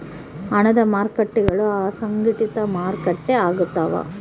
ಹಣದ ಮಾರ್ಕೇಟ್ಗುಳು ಅಸಂಘಟಿತ ಮಾರುಕಟ್ಟೆ ಆಗ್ತವ